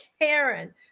Karen